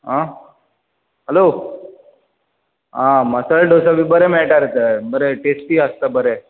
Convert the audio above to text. आं हॅलो आं मसाला डोसा बी बरे मेळटा रे थंय बरे टेस्टी आसता बरे